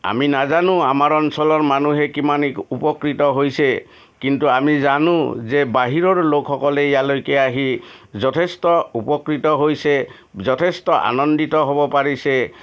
আমি নাজানো আমাৰ অঞ্চলৰ মানুহে কিমান উপকৃত হৈছে কিন্তু আমি জানো বাহিৰৰ যে লোকসকলে ইয়ালৈকে আহি যথেষ্ট উপকৃত হৈছে যথেষ্ট আনন্দিত হ'ব পাৰিছে